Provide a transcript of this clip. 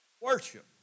Worship